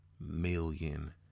million